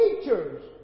teachers